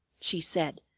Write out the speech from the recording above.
she said,